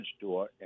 door